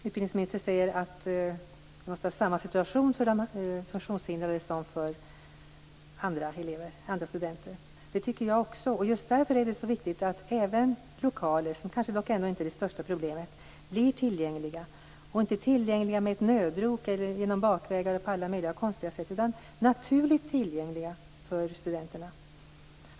Utbildningsministern säger att det måste vara samma situation för de funktionshindrade som för andra studenter. Det tycker jag också. Just därför är det så viktigt att lokalerna, som kanske ändå inte är det största problemet, blir tillgängliga. De skall inte vara tillgängliga med ett nödrop - genom bakvägar och på andra konstiga sätt - utan naturligt tillgängliga för studenterna.